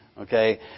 Okay